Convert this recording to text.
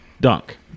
dunk